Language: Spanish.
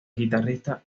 guitarrista